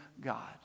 God